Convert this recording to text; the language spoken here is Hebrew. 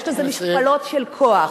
יש לזה מכפלות של כוח.